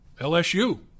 LSU